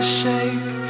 shape